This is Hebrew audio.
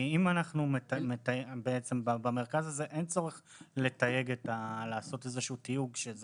במרכז הזה אין צורך לעשות תיוג.